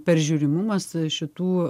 peržiūrimumas šitų